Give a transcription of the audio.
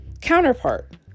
counterpart